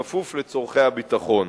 בכפוף לצורכי הביטחון.